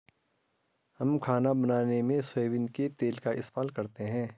हम खाना बनाने में सोयाबीन के तेल का इस्तेमाल करते हैं